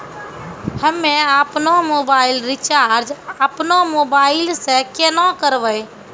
हम्मे आपनौ mobile recharge आपनौ मोबाइल से केना करवै?